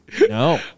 No